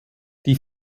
die